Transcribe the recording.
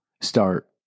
start